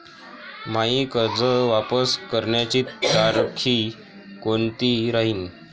मायी कर्ज वापस करण्याची तारखी कोनती राहीन?